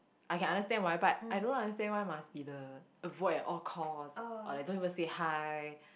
I can understand why but I don't understand why must be the avoid at all cost or like don't even say hi